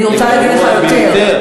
זה גרוע ביותר.